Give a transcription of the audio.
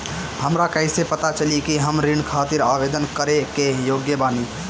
हमरा कईसे पता चली कि हम ऋण खातिर आवेदन करे के योग्य बानी?